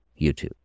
YouTube